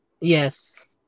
yes